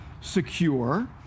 secure